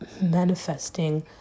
manifesting